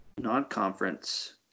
non-conference